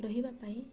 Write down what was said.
ରହିବା ପାଇଁ